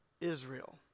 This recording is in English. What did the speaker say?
Israel